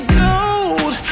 gold